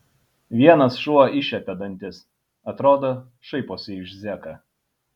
vienas šuo iššiepė dantis atrodo šaiposi iš zeką